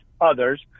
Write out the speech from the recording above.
others